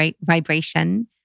vibration